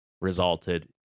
resulted